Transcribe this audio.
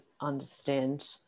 understand